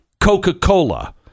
Coca-Cola